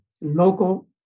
local